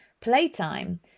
playtime